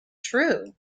true